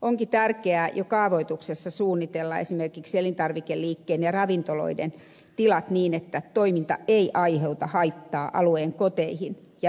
onkin tärkeää jo kaavoituksessa suunnitella esimerkiksi elintarvikeliikkeen ja ravintoloiden tilat niin että toiminta ei aiheuta haittaa alueen koteihin ja yörauhaan